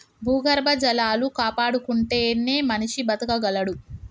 భూగర్భ జలాలు కాపాడుకుంటేనే మనిషి బతకగలడు